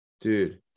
Dude